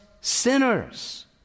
sinners